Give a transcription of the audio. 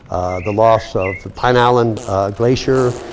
the loss of the pine island glacier,